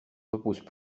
reposent